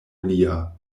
lia